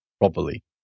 properly